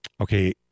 Okay